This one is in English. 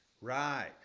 Right